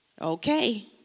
Okay